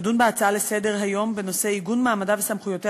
תדון בהצעות לסדר-היום של חברי הכנסת ציפי לבני ובצלאל סמוטריץ בנושא: